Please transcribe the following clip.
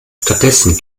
stattdessen